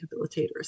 rehabilitators